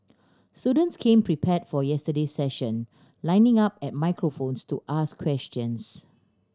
students came prepared for yesterday's session lining up at microphones to ask questions